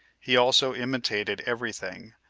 he also imitated every thing,